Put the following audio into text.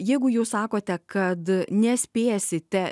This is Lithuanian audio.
jeigu jūs sakote kad nespėsite